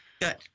Good